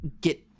get